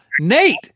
Nate